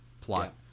plot